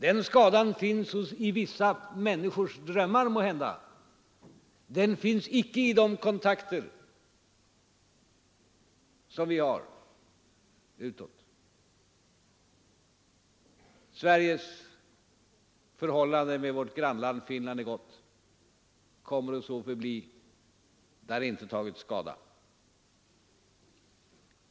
Den skadan finns måhända i vissa människors drömmar; den finns icke i de kontakter som vi har utåt. Sveriges förhållande till vårt grannland Finland är gott och kommer att så förbli. Det har inte tagit skada.